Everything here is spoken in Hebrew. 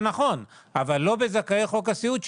אבל לא בזכאי חוק הסיעוד,